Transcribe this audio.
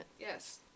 Yes